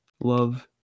love